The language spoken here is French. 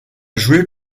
joué